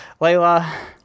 Layla